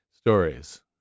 stories